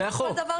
זה החוק.